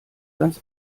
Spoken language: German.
ganz